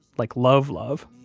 like love love,